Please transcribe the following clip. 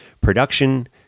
Production